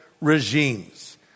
regimes